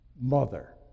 mother